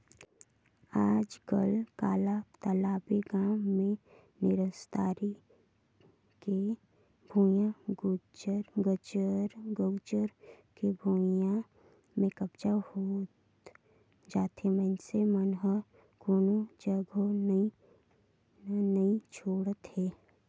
आजकल काला बताबे गाँव मे निस्तारी के भुइयां, गउचर के भुइयां में कब्जा होत जाथे मइनसे मन ह कोनो जघा न नइ छोड़त हे